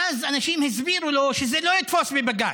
ואז אנשים הסבירו לו שזה לא יתפוס בבג"ץ.